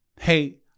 Hey